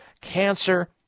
cancer